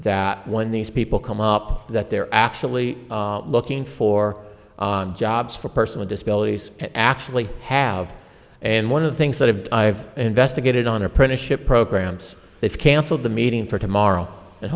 that when these people come up that they're actually looking for jobs for personal disability actually have and one of the things that have i've investigated on apprenticeship programs they've cancelled the meeting for tomorrow and